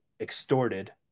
extorted